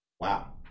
Wow